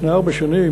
לפני ארבע שנים,